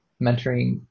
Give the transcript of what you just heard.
mentoring